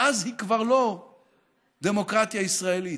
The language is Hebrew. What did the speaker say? ואז היא כבר לא דמוקרטיה ישראלית,